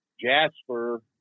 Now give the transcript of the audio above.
Jasper